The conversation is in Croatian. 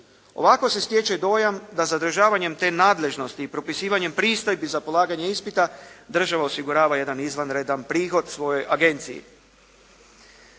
Ovako se stječe dojam da zadržavanjem te nadležnosti i propisivanjem pristojbi za polaganje ispita država osigurava jedan izvanredan prihod svojoj agenciji.